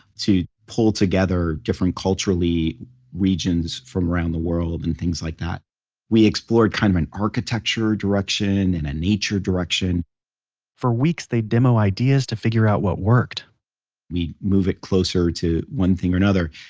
pull together different culturally regions from around the world and things like that we explored kind of an architecture direction and a nature direction for weeks they'd demo ideas to figure out what worked we'd move it closer to one thing or another.